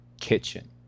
Kitchen